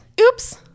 oops